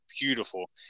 beautiful